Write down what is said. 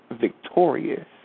victorious